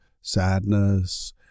sadness